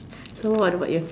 who are the